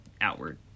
outward